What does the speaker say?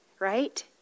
right